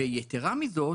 ויתרה מזאת,